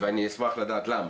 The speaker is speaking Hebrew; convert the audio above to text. ואני אשמח לדעת למה.